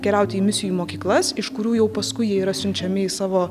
keliauti į misijų mokyklas iš kurių jau paskui jie yra siunčiami į savo